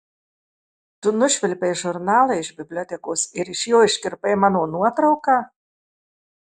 tu nušvilpei žurnalą iš bibliotekos ir iš jo iškirpai mano nuotrauką